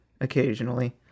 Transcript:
occasionally